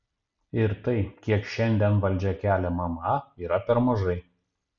ir tai kiek šiandien valdžia kelia mma yra per mažai